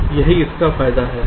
यही फायदा है